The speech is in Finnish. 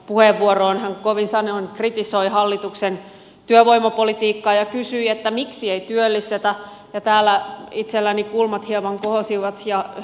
hän kovin sanoin kritisoi hallituksen työvoimapolitiikkaa ja kysyi että miksi ei työllistetä ja täällä itselläni kulmat hieman kohosivat ja ryhdyin hämmästelemään